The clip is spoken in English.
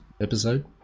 episode